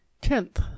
Tenth